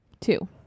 Two